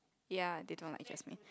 ya they don't like jasmine